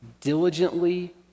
diligently